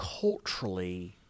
culturally